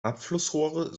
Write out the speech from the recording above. abflussrohre